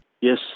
Yes